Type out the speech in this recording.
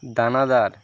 দানাদার